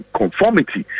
conformity